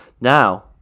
Now